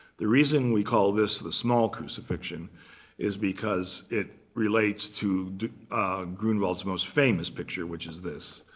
the reason we call this the small crucifixion is because it relates to grunewald's most famous picture, which is this.